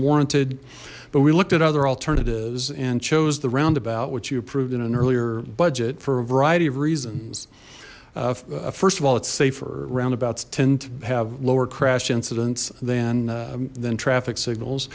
warranted but we looked at other alternatives and chose the roundabout which you approved in an earlier budget for a variety of reasons first of all it's safer roundabouts tend to have lower crash incidents than than traffic signals